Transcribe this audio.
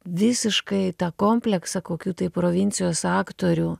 visiškai tą kompleksą kokių tai provincijos aktorių